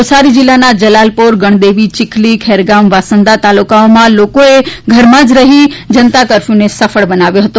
નવસારી જિલ્લાના જલાલપોર ગણદેવી ચીખલી ખેરગામ વાંસદા તાલુકાઓમાં લોકોએ ઘરમાં જ રહી જનતા કરફયુને સફલ બનાવ્યો હતો